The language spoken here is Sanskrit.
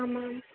आम् आम्